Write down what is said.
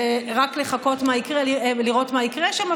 ורק לחכות ולראות מה יקרה שם.